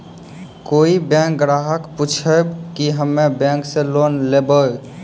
कोई बैंक ग्राहक पुछेब की हम्मे बैंक से लोन लेबऽ?